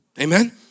Amen